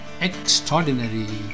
extraordinary